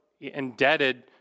indebted